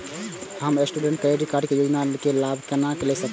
हम student credit card के योजना के लाभ केना लय सकब?